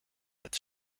als